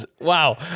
Wow